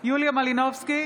יוליה מלינובסקי,